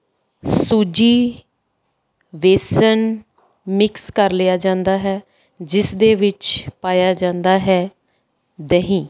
ਸੂਜੀ ਬੇਸਣ ਮਿਕਸ ਕਰ ਲਿਆ ਜਾਂਦਾ ਹੈ ਜਿਸ ਦੇ ਵਿੱਚ ਪਾਇਆ ਜਾਂਦਾ ਹੈ ਦਹੀਂ